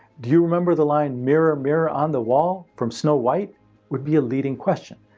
do you remember the line, mirror, mirror on the wall, from snow white would be a leading question,